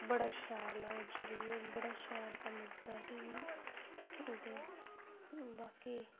बड़ा शैल ऐ ओह् बड़ा शैल कम्म दित्ता ओस असैं गी ते बाकि